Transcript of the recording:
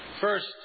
First